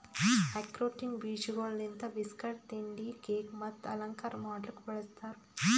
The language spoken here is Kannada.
ಆಕ್ರೋಟಿನ ಬೀಜಗೊಳ್ ಲಿಂತ್ ಬಿಸ್ಕಟ್, ತಿಂಡಿ, ಕೇಕ್ ಮತ್ತ ಅಲಂಕಾರ ಮಾಡ್ಲುಕ್ ಬಳ್ಸತಾರ್